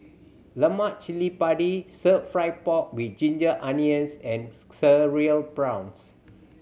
lemak cili padi Stir Fry pork with ginger onions and Cereal Prawns